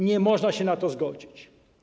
Nie można się na to zgodzić.